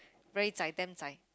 very zai damn zai